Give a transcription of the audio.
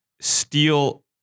steal